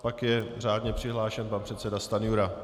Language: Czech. Pak je řádně přihlášen pan předseda Stanjura.